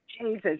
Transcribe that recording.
Jesus